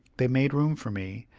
they made room for me,